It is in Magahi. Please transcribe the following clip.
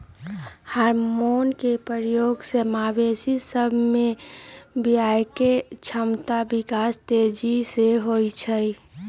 हार्मोन के प्रयोग से मवेशी सभ में बियायके क्षमता विकास तेजी से होइ छइ